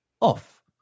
off